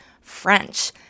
French